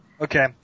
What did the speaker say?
Okay